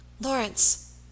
Lawrence